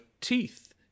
teeth